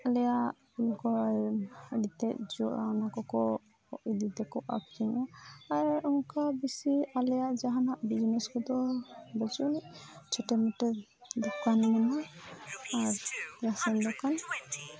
ᱟᱞᱮᱭᱟᱜ ᱟᱹᱰᱤ ᱛᱮᱫ ᱡᱚᱜᱼᱟ ᱚᱱᱟ ᱠᱚᱠᱚ ᱤᱫᱤ ᱛᱮᱠᱚ ᱟᱹᱠᱷᱨᱤᱧᱟ ᱟᱨ ᱚᱱᱠᱟ ᱵᱤᱥᱤ ᱟᱞᱮᱭᱟᱜ ᱡᱟᱦᱟᱱᱟᱜ ᱡᱤᱱᱤᱥ ᱠᱚᱫᱚ ᱵᱟᱹᱪᱩᱜᱼᱟᱹᱱᱤᱡᱽ ᱪᱷᱳᱴᱳᱢᱳᱴᱳ ᱫᱳᱠᱟᱱ ᱢᱮᱱᱟᱜᱼᱟ ᱟᱨ ᱨᱮᱥᱚᱱ ᱫᱳᱠᱟᱱ